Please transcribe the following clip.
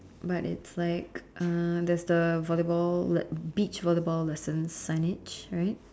but it's like uh there's the volleyball that beach volleyball listen signage right